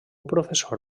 professor